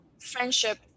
friendship